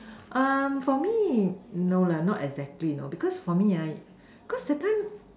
um for me no lah not exactly you know because for me ah cause that time